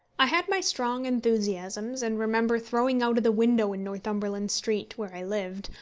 i had my strong enthusiasms, and remember throwing out of the window in northumberland street, where i lived,